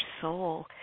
soul